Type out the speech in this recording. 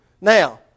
Now